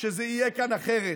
שזה יהיה כאן אחרת.